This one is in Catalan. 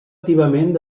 activament